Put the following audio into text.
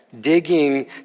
digging